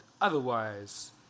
otherwise